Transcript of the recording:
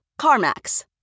CarMax